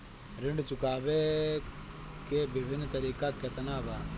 ऋण चुकावे के विभिन्न तरीका केतना बा?